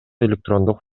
электрондук